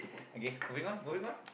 okay moving on moving on